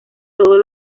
todos